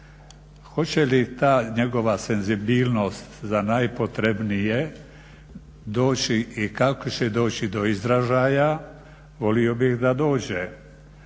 Hoće li ta njegova senzibilnost za najpotrebnije doći i kako će doći do izražaja, volio bih da dođe.